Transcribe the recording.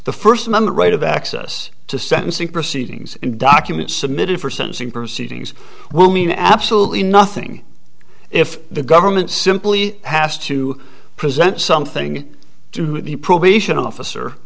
the first amendment right of access to sentencing proceedings and documents submitted for sensing proceedings will mean absolutely nothing if the government simply has to present something to the probation officer